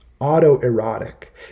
Auto-erotic